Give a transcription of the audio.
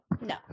No